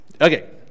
Okay